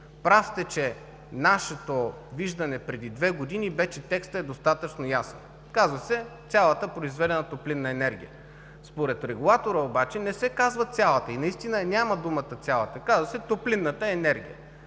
Прав сте, че нашето виждане е преди две години и вече текстът е достатъчно ясен. Казва се: цялата произведена топлинна енергия. Според регулатора обаче не се казва „цялата“ и наистина я няма думата „цялата“, казва се „топлинната енергия“,